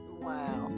Wow